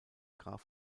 graf